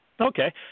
Okay